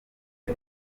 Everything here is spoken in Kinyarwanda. ute